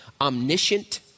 omniscient